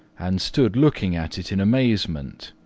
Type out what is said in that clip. and stood looking at it in amazement.